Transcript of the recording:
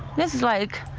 this is like,